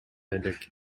элек